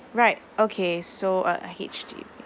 right okay so uh on H_D_B